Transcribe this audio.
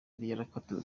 yakatiwe